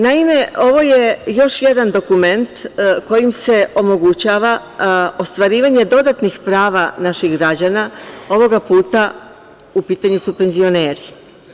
Naime, ovo je još jedan dokument kojim se omogućava ostvarivanje dodatnih prava naših građana, ovoga puta u pitanju su penzioneri.